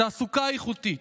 תעסוקה איכותית,